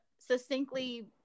succinctly